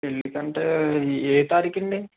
పెళ్ళికంటే ఏ తారీఖండి